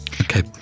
Okay